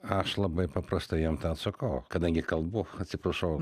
aš labai paprastai jiem atsakau kadangi kalbu atsiprašau